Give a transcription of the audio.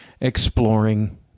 exploring